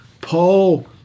Paul